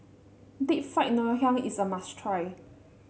Deep Fried Ngoh Hiang is a must try